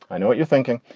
i know what you're thinking.